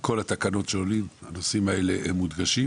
ובכל התקנות שעולות הנושאים האלו מודגשים,